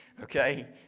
okay